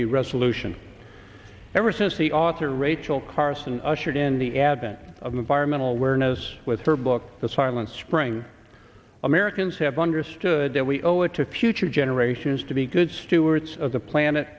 the resolution ever since the author rachel carson ushered in the advent of the fireman awareness with her book the silent spring americans have understood that we owe it to future generations to be good stewards of the planet